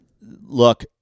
Look